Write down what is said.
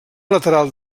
lateral